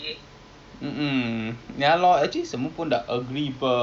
but ya lah kita try lah I I pun lapar eh I I want to eat sedap mania